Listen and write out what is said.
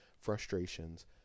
frustrations